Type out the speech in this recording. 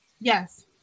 Yes